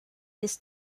this